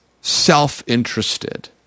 self-interested